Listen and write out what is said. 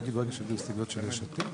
רגע, איזה הסתייגויות אנחנו עכשיו מקריאים אז?